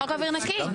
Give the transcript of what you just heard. חוק אוויר נקי.